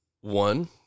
One